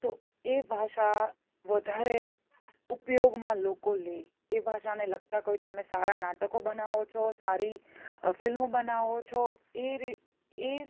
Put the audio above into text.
તો એ ભાષા વધારે ઉપયોગમાં લોકો લે એ ભાષાને લગતા કોઈ તમે સારા નાટકો બનાવો છો સારી ફિલ્મ બનાવો છો એ રીત એ